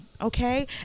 okay